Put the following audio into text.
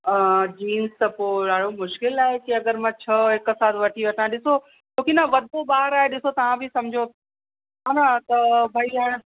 jeans त पोइ ॾाढो मुश्किल आहे कि अगरि मां छ्ह हिकु साथ वठी वठां ॾिसो कि न वधंदो ॿार आहे ॾिसो तव्हां बि सम्झो है न त भई हाणे